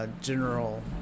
general